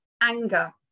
anger